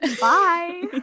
bye